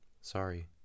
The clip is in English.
Sorry